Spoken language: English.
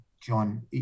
John